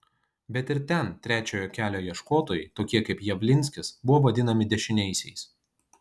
bet ir ten trečiojo kelio ieškotojai tokie kaip javlinskis buvo vadinami dešiniaisiais